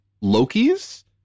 loki's